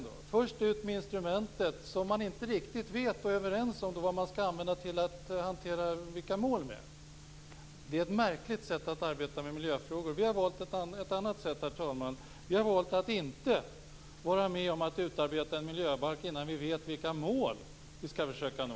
Man är först ut med instrumentet, som man inte riktigt vet och är överens om vilka mål man skall hantera med. Det är ett märkligt sätt att arbeta med miljöfrågor. Vi har ett valt ett annat sätt, herr talman. Vi har valt att inte vara med om att utarbeta en miljöbalk innan vi vet vilka mål vi skall försöka nå.